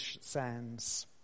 sands